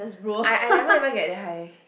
I I never even get that high